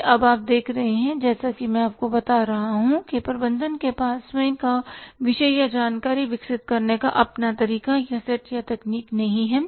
ये अब आप देख रहे हैं जैसा कि मैं आपको बता रहा हूं कि प्रबंधन के पास स्वयं का विषय या जानकारी विकसित करने का अपना तरीका या सेट या तकनीक नहीं है